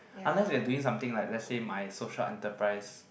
unless they are doing something like let's say my social enterprise